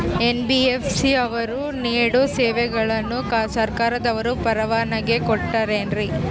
NBFC ಅವರು ನೇಡೋ ಸೇವೆಗಳಿಗೆ ಸರ್ಕಾರದವರು ಪರವಾನಗಿ ಕೊಟ್ಟಾರೇನ್ರಿ?